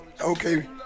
Okay